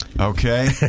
Okay